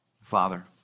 Father